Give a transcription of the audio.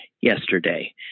yesterday